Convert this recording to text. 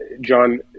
John